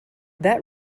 that